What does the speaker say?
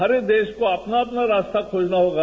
हर एक देश को अपना अपना रास्ता खोजना होगा